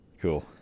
Cool